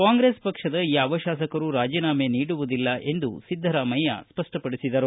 ಕಾಂಗ್ರೆಸ್ ಪಕ್ಷದ ಯಾವ ಶಾಸಕರೂ ರಾಜಿನಾಮೆ ನೀಡುವುದಿಲ್ಲ ಎಂದು ಸಿದ್ದರಾಮಯ್ಯ ಹೇಳಿದರು